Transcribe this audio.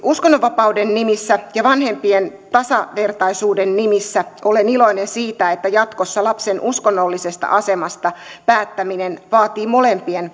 uskonnonvapauden nimissä ja vanhempien tasavertaisuuden nimissä olen iloinen siitä että jatkossa lapsen uskonnollisesta asemasta päättäminen vaatii molempien